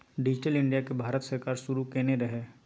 digital India केँ भारत सरकार शुरू केने रहय